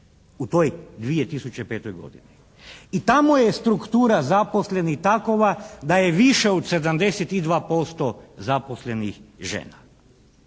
u toj 2005. godini i tamo je struktura zaposlenih takova da je više od 72% zaposlenih žena.